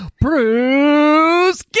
Bruce